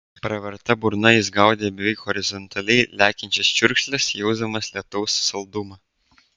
praverta burna jis gaudė beveik horizontaliai lekiančias čiurkšles jausdamas lietaus saldumą